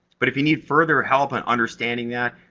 but if you need further help on understanding that,